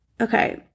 Okay